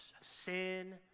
sin